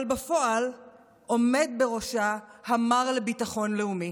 אבל בפועל עומד בראשה המר לביטחון לאומי.